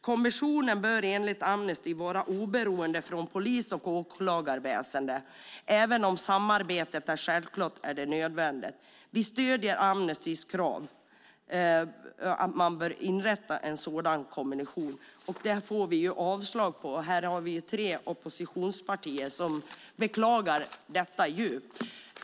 Kommissionen bör enligt Amnesty vara oberoende från polis och åklagarväsendet, även om samarbete självklart är nödvändigt Vi stöder Amnestys krav på en sådan kommission, men på detta får vi avslag. Vi är tre oppositionspartier som beklagar detta djupt.